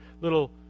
little